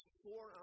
four